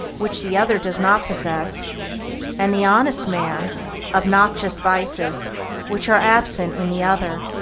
which the other does, not possess and the honest man obnoxious vices which are absent in the other.